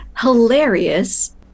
hilarious